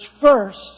first